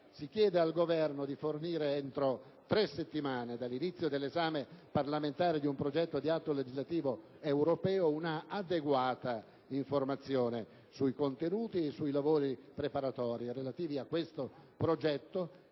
si chiede al Governo di fornire, entro tre settimane dall'inizio dell'esame parlamentare di un progetto di atto legislativo europeo, un'adeguata informazione sui contenuti e sui lavori preparatori relativi a questo progetto,